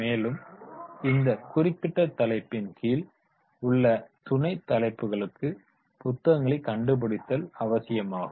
மேலும் இந்த குறிப்பிட்ட தலைப்பின் கீழ் உள்ள துணை தலைப்புகளுக்கு புத்தகங்களைக் கண்டு பிடித்தல் அவசியமாகும்